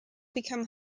become